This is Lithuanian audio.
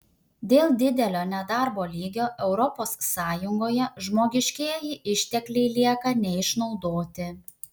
dėl didelio nedarbo lygio europos sąjungoje žmogiškieji ištekliai lieka neišnaudoti